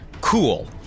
Cool